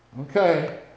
Okay